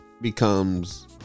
becomes